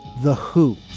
the who